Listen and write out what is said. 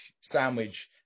sandwich